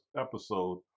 episode